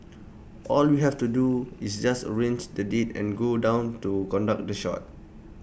all we have to do is just arrange the date and go down to conduct the shoot